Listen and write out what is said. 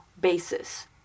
basis